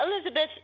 Elizabeth